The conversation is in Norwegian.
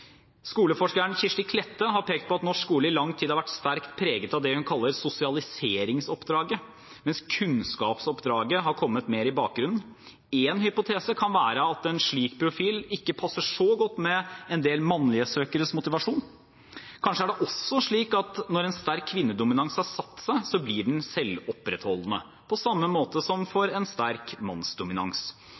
Skoleforskeren Kirsti Klette har pekt på at norsk skole i lang tid har vært sterkt preget av det hun kaller sosialiseringsoppdraget, mens kunnskapsoppdraget har kommet mer i bakgrunnen. En hypotese kan være at en slik profil ikke passer så godt med en del mannlige søkeres motivasjon. Kanskje er det også slik at når en sterk kvinnedominans har satt seg, blir den selvopprettholdende på samme måte som for en sterk mannsdominans.